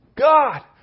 God